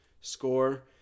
score